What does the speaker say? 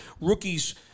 rookies